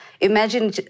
Imagine